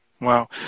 Wow